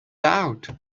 out